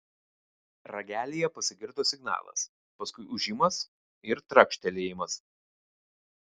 ragelyje pasigirdo signalas paskui ūžimas ir trakštelėjimas